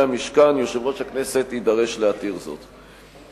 המשכן יושב-ראש הכנסת יידרש להתיר זאת.